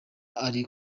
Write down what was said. ari